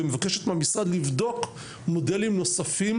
ומבקשת מהמשרד לבדוק מודלים נוספים,